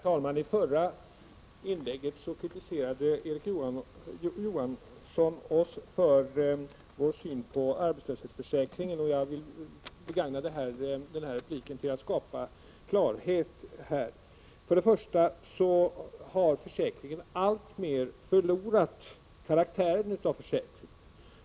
Herr talman! I sitt förra inlägg kritiserade Erik Johansson oss för vår syn på arbetslöshetsförsäkringen. Jag vill begagna den här repliken till att skapa klarhet på denna punkt. För det första har försäkringen alltmera förlorat karaktären av försäkring.